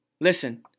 Listen